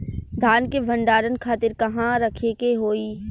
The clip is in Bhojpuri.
धान के भंडारन खातिर कहाँरखे के होई?